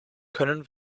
können